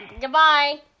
Goodbye